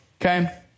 Okay